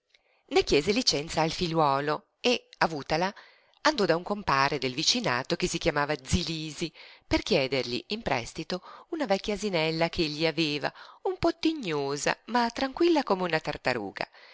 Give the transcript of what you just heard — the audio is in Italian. ne chiese licenza al figliuolo e avutala andò da un compare del vicinato che si chiamava zi lisi per chiedergli in prestito una vecchia asinella ch'egli aveva un po tignosa ma tranquilla come una tartaruga